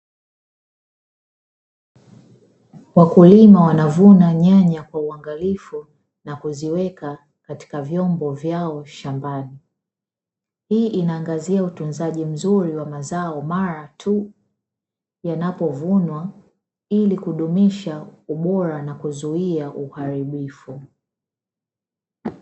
Wakulima wanavuna nyanya kwa uangalifu na kuziweka katika vyombo vyao shambani. Hii inaangazia utunzaji mzuri wa mazao mara tu yanapovunwa ili kudumisha ubora na kuzuia uharibifu.